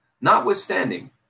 notwithstanding